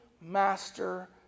Master